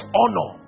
honor